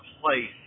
place